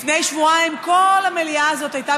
לפני שבועיים כל המליאה הזאת הייתה